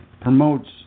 promotes